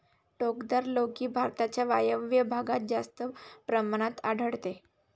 टोकदार लौकी भारताच्या वायव्य भागात जास्त प्रमाणात आढळते